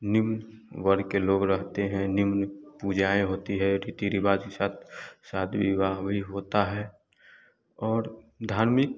निम्न वर्ग के लोग रहते हैं निम्न पूजाएँ होती है रीति रिवाज के साथ शादी विवाह भी होता है और धार्मिक